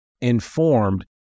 informed